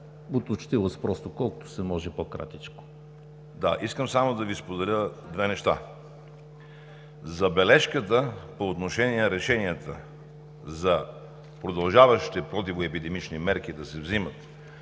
от учтивост – колкото се може по-кратичко. ГЕОРГИ МИХАЙЛОВ: Искам да Ви споделя две неща. Забележката по отношение решенията за удължаващите противоепидемични мерки да се вземат